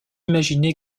imaginez